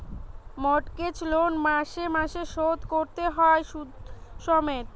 mortgage loan মাসে মাসে শোধ কোরতে হয় শুধ সমেত